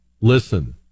listen